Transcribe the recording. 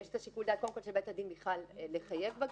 יש את שיקול הדעת של בית הדין בכלל לחייב בגט,